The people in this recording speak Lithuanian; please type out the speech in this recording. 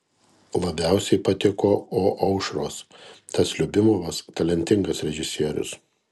labiausiai patiko o aušros tas liubimovas talentingas režisierius